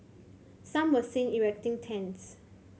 some were seen erecting tents